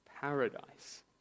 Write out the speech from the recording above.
Paradise